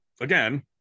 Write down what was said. again